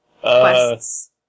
quests